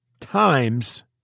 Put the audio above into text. times